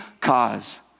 cause